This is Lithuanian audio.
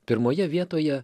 pirmoje vietoje